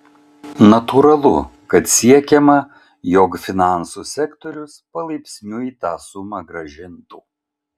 natūralu kad siekiama jog finansų sektorius palaipsniui tą sumą grąžintų